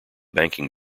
banking